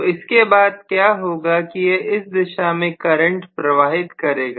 तो इसके बाद क्या होगा कि यह इस दिशा में करंट प्रवाहित करेगा